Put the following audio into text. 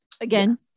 Again